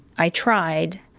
i tried.